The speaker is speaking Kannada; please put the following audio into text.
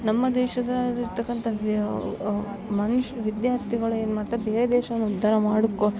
ನಮ್ಮ ದೇಶದಲ್ಲಿ ಇರ್ತಕ್ಕಂಥ ಮನುಷ್ಯ ವಿದ್ಯಾರ್ಥಿಗಳೇನ್ ಮಾಡ್ತಾರೆ ಬೇರೆ ದೇಶವನ್ನು ಉದ್ದಾರ ಮಾಡಿಕೋ